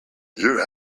your